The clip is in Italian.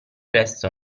resto